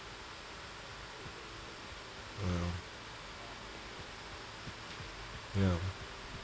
well ya